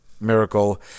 Miracle